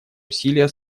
усилия